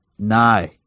No